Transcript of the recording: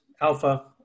Alpha